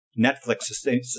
Netflix